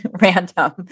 random